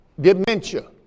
dementia